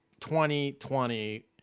2020